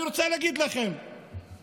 אני רוצה להגיד לכם שהיום,